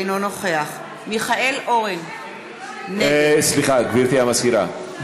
אינו נוכח מיכאל אורן, נגד סליחה, גברתי המזכירה.